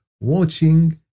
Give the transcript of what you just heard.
watching